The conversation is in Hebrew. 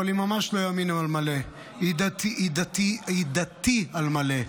אבל היא ממש לא ימין על מלא, היא דתי על מלא.